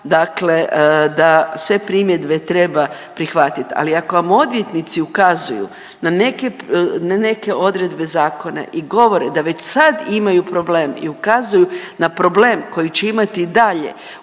dakle da sve primjedbe treba prihvatiti, ali ako vam odvjetnici ukazuju na neke odredbe zakona i govore da već sad imaju problem i ukazuju na problem koji će imati i dalje